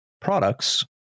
products